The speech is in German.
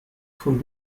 von